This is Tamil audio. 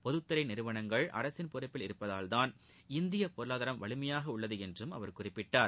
பொதுத்துறை நிறுவனங்கள் அரசின் பொறுப்பில் இருப்பதால்தான் இந்திய பொருளாதாரம் வலிமையாக உள்ளது என்றும் அவர் குறிப்பிட்டார்